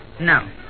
No